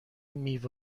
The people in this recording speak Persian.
میوه